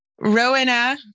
Rowena